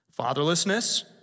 Fatherlessness